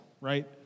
right